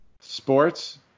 Sports